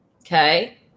Okay